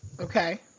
Okay